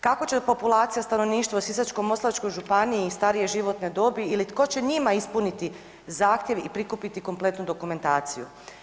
Kako će populacija stanovništva u Sisačko-moslavačkoj županiji starije životne dobi ili tko će njima ispuniti zahtjev i prikupiti kompletnu dokumentaciju.